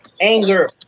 anger